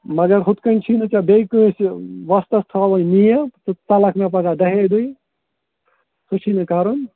مگر یِتھٕ کٔنۍ چھِی نہٕ ژےٚ بیٚیہِ کٲنٛسہِ وۄستَس تھاوٕنۍ نیب تہٕ ژَلَکھ مےٚ پَگاہ دَہے دۅہۍ سُہ چھُے نہٕ کَرُن